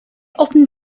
often